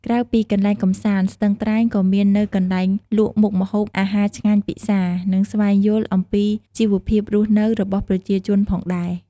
ក្រៅពីកន្លែងកំសាន្ត ស្ទឹងត្រែងក៏មាននូវកន្លែងលក់មុខម្ហូបអាហារឆ្ងាញ់ពិសារ និងស្វែងយល់អំពីជីវភាពរស់នៅរបស់ប្រជាជនផងដែរ។